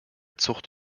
zucht